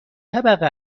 طبقه